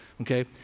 Okay